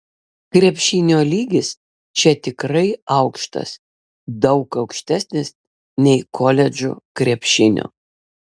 krepšinio lygis čia tikrai aukštas daug aukštesnis nei koledžų krepšinio